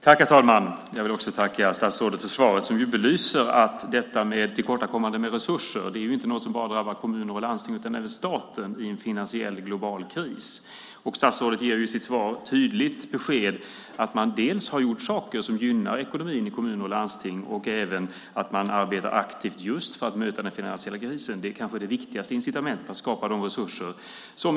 Herr talman! Jag vill också tacka statsrådet för svaret som belyser tillkortakommandet med resurser. Det är inte något som bara drabbar kommuner och landsting utan även staten i en finansiell global kris. Statsrådet ger i sitt svar tydligt besked att man har gjort saker som gynnar ekonomin i kommuner och landsting och även att man arbetar aktivt just för att möta den finansiella krisen. Det är kanske det viktigaste incitamentet för att skapa resurser.